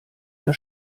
der